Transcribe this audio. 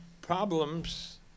problems